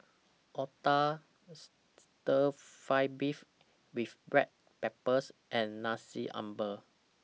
Otah Stir Fry Beef with Black Pepper and Nasi Ambeng